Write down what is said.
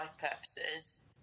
purposes